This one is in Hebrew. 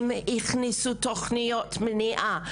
הם הכניסו תוכניות מניעה,